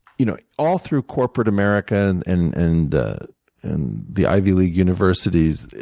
you know all through corporate america and and and the and the ivy league universities,